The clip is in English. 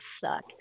suck